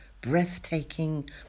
breathtaking